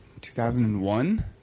2001